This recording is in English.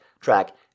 track